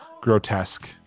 grotesque